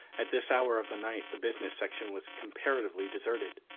at this hour of the night the business section was comparatively deserted.